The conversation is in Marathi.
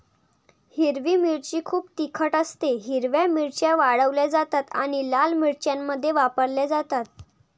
हिरवी मिरची खूप तिखट असतेः हिरव्या मिरच्या वाळवल्या जातात आणि लाल मिरच्यांमध्ये वापरल्या जातात